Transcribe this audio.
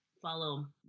follow